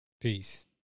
Peace